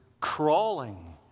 crawling